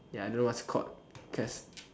ya I don't know what is it called